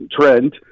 trend